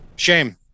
Shame